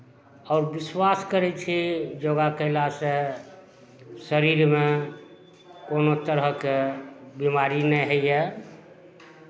आओर विश्वास करै छी योगा कयलासँ शरीरमे कोनो तरहके बीमारी नहि होइए